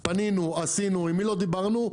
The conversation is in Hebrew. פנינו, עשינו, עם מי לא דיברנו?